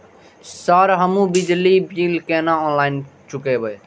Sir हमू बिजली bill केना ऑनलाईन चुकेबे?